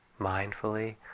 mindfully